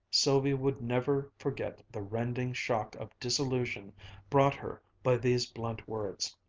sylvia would never forget the rending shock of disillusion brought her by these blunt words.